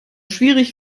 schwierig